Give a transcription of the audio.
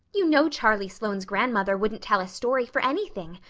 you know charlie sloane's grandmother wouldn't tell a story for anything.